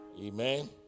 Amen